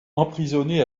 emprisonné